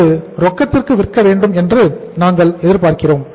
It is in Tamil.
அது ரொக்கத்திற்கு விற்க வேண்டும் என்று நாங்கள் எதிர்பார்க்கிறோம்